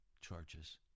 charges